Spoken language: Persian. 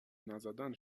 نزدن